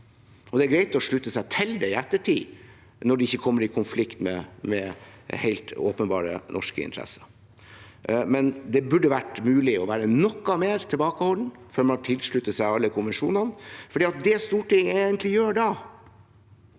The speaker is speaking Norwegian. Det er greit å slutte seg til det i ettertid, når de ikke kommer i konflikt med helt åpenbare norske interesser, men det burde være mulig å være noe mer tilbakeholden før man slutter seg til alle konvensjonene, for det Stortinget egentlig gjør da,